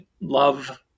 love